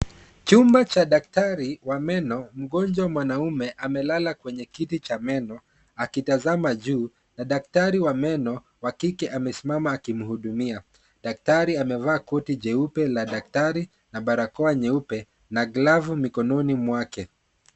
Chumba cha daktari wa meno, mgonjwa mwanaume amelala kwenye kiti cha meno akitazama juu na daktari wa meno wa kike amesimama akimhudumia. Daktari amevaa koti jeupe la daktari na barakoa nyeupe na glavu mikononi mwake.